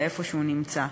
למקום שהוא נמצא בו.